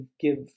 give